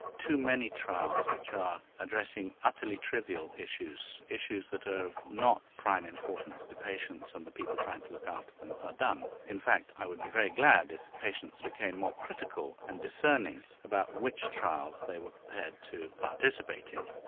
too many trials which are addressing utterly trivial issues, issues that are not of prime importance to patients and the people trying to look after them are done. in fact i would be very glad if patients became more critical and discerning about which trials they were prepared to participate in.